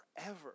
Forever